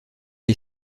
est